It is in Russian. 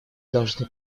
должны